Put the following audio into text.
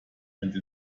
and